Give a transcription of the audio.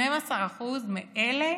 12% מאלה